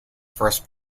first